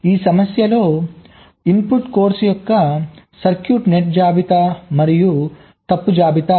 ఈ సమస్యలో input course యొక్క సర్క్యూట్ నెట్ జాబితా మరియు తప్పు జాబితా